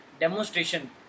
demonstration